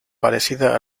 parecida